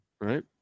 Right